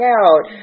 out